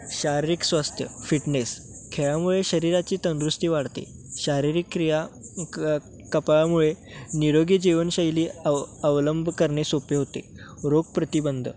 शारीरिक स्वास्थ्य फिटनेस खेळामुळे शरीराची तंदुरुस्ती वाढते शारीरिक क्रिया क कपाळामुळे निरोगी जीवनशैली अव अवलंब करणे सोपे होते रोगप्रतिबंध